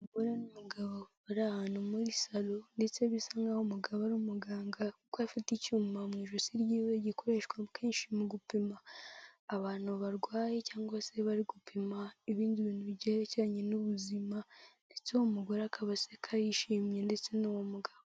Umugore n'umugabo bari ahantu muri salo ndetse bisa nkaho umugabo ari umuganga, kuko afite icyuma mu ijosi ryiwe gikoreshwa kenshi mu gupima abantu barwaye cyangwa se bari gupima ibindi bintu byerekeranye n'ubuzima ndetse uwo mugore akaba aseka yishimye ndetse n'uwo mugabo.